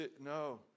No